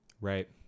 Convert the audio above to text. Right